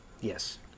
Yes